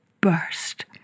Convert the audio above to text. burst